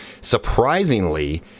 Surprisingly